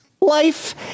Life